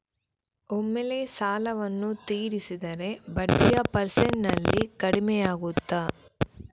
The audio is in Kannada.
ಒಮ್ಮೆಲೇ ಸಾಲವನ್ನು ತೀರಿಸಿದರೆ ಬಡ್ಡಿಯ ಪರ್ಸೆಂಟೇಜ್ನಲ್ಲಿ ಕಡಿಮೆಯಾಗುತ್ತಾ?